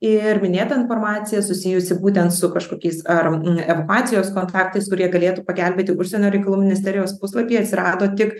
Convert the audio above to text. ir minėta informacija susijusi būtent su kažkokiais ar evakuacijos kontaktais kurie galėtų pagelbėti užsienio reikalų ministerijos puslapyje rado tik